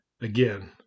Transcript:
again